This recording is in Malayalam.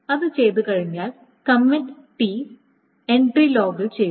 അത് ചെയ്തുകഴിഞ്ഞാൽ കമ്മിറ്റ് ടി എൻട്രി ലോഗിൽ ചെയ്തു